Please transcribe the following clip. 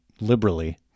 liberally